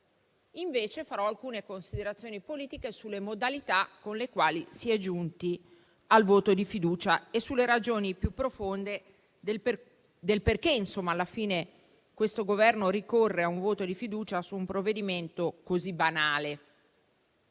invece, farò alcune considerazioni politiche sulle modalità con le quali si è giunti al voto di fiducia e sulle ragioni più profonde del perché, alla fine, questo Governo ricorre a un voto di fiducia su un provvedimento così banale.